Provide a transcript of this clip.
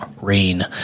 rain